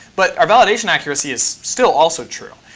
but our validation accuracy is still also true.